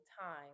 time